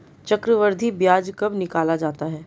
चक्रवर्धी ब्याज कब निकाला जाता है?